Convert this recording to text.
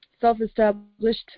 self-established